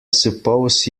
suppose